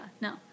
No